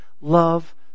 Love